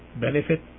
benefit